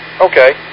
okay